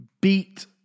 beat